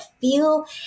feel